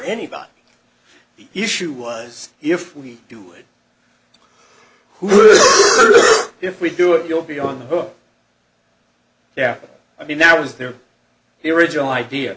anybody the issue was if we do it if we do it you'll be on the hook yeah i mean that was there the original idea